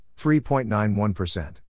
3.91%